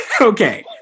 Okay